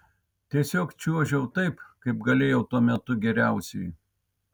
tiesiog čiuožiau taip kaip galėjau tuo metu geriausiai